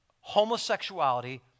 homosexuality